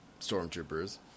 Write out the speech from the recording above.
stormtroopers